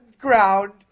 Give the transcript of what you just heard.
ground